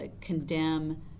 condemn